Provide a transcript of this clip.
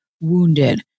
wounded